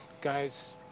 guys